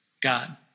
God